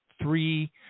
Three